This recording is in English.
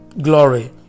Glory